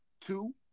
two